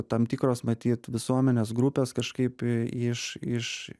tam tikros matyt visuomenės grupės kažkaip iš iš